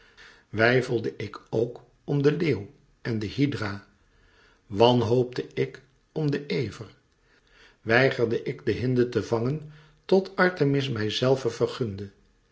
weifelde ik ook om den leeuwen de hydra wanhoopte ik om den ever weigerde ik de hinde te vangen tot artemis mij zèlve vergunde